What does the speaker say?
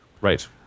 Right